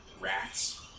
Rats